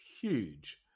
huge